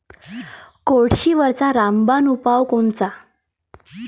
कोळशीवरचा रामबान उपाव कोनचा?